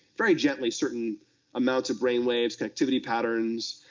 very gently, certain amounts of brain waves, connectivity patterns.